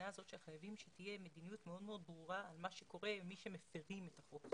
חייבת להיות מדיניות מאוד מאוד ברורה על מה קורה עם מי שמפירים את החוק.